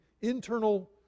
internal